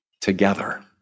Together